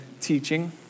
teaching